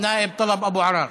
אל-נאאב טלב אבו עראר.